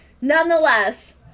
Nonetheless